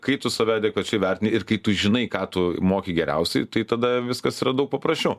kai tu save adekvačiai vertini ir kai tu žinai ką tu moki geriausiai tai tada viskas yra daug paprasčiau